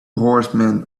horsemen